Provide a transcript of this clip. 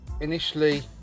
initially